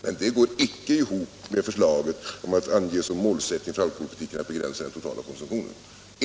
Men detta går inte ihop med förslaget om att ange som målsättning för alkoholpolitiken att begränsa den totala konsumtionen.